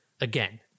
again